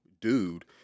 dude